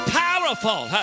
powerful